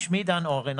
שמי דן אורן,